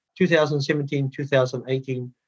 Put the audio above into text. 2017-2018